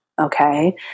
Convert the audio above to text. okay